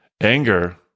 Anger